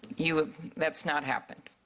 you that's not happened?